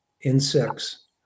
insects